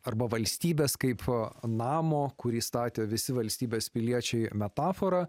arba valstybės kaip namo kurį statė visi valstybės piliečiai metafora